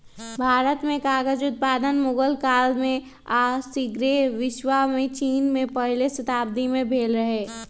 भारत में कागज उत्पादन मुगल काल में आऽ सग्रे विश्वमें चिन में पहिल शताब्दी में भेल रहै